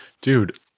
dude